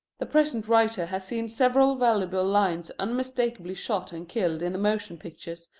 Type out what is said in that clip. the present writer has seen several valuable lions unmistakably shot and killed in the motion pictures,